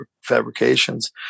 fabrications